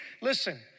Listen